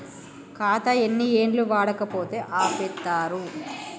ఖాతా ఎన్ని ఏళ్లు వాడకపోతే ఆపేత్తరు?